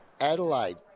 Adelaide